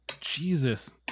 Jesus